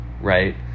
right